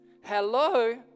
Hello